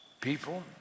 people